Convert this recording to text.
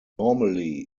normally